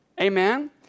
Amen